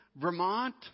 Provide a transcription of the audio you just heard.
Vermont